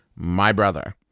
mybrother